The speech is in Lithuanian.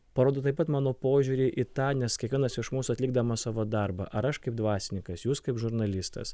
parodo taip pat mano požiūrį į tą nes kiekvienas iš mūsų atlikdamas savo darbą ar aš kaip dvasininkas jūs kaip žurnalistas